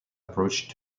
approach